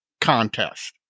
contest